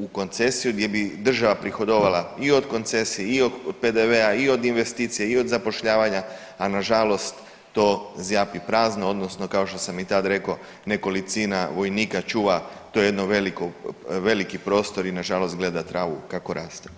u koncesiju gdje bi država prihodovala i od koncesije i od PDV-a i od investicija i od zapošljavanja, a nažalost to zjapi prazno odnosno kao što sam i tad rekao nekolicina vojnika čuva to jedno veliko, veliki prostor i nažalost gleda travu kako raste.